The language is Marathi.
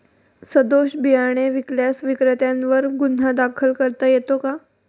सदोष बियाणे विकल्यास विक्रेत्यांवर गुन्हा दाखल करता येतो का?